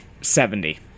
Seventy